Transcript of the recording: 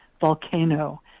volcano